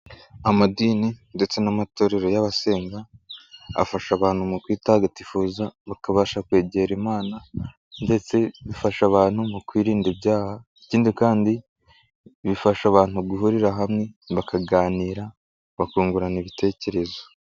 Amadini ndetse n'amatorero y'abasenga afasha abantu mu kwitagatifuza bakabasha kwegera Imana ndetse bifasha abantu mu kwirinda ibyaha, ikindi kandi bifasha abantu guhurira hamwe bakaganira, bakungurana ibitekerezo.